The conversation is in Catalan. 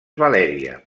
valèria